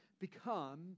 become